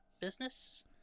Business